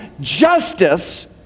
Justice